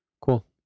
Cool